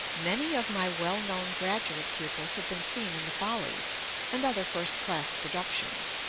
many of my well-known graduate pupils have been seen in the follies and other first class productions.